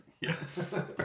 Yes